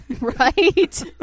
Right